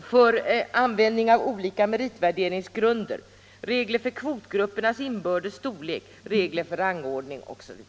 för användning av olika meritvärderingsgrunder, regler för kvotgruppernas inbördes storlek, regler för rangordning OSV.